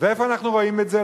ואיפה אנחנו רואים את זה?